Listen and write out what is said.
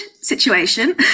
situation